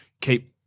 keep